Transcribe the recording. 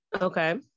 Okay